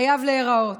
חייב להיראות.